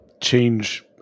change